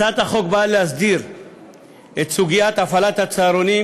הצעת החוק באה להסדיר את סוגיית הפעלת הצהרונים,